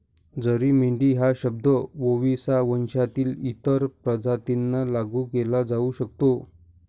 जरी मेंढी हा शब्द ओविसा वंशातील इतर प्रजातींना लागू केला जाऊ शकतो